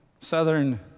Southern